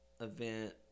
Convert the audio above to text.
event